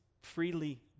freely